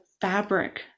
fabric